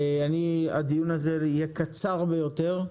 הדיון הזה יהיה קצר ביותר,